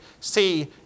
see